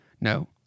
no